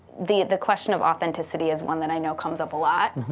the the question of authenticity is one that i know comes up a lot.